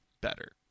better